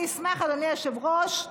אני אשמח, אדוני היושב-ראש,